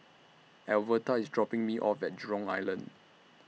Alverta IS dropping Me off At Jurong Island